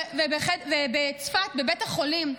ובצפת, בבית החולים,